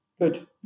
good